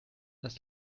das